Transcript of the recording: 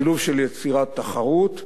שילוב של יצירת תחרות,